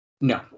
No